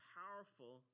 powerful